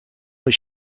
what